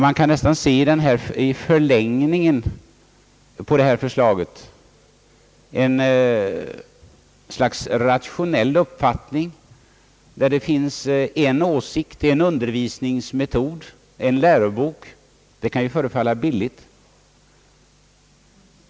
Man kan nästan se i förlängning av det här förslaget ett slags rationell uppfattning där det finns en åsikt, en undervisningsmetod, en lärobok. Det kan ju förefalla billigt.